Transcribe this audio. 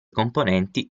componenti